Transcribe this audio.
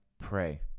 pray